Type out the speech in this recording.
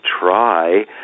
try